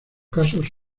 casos